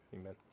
Amen